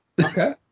Okay